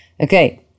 Okay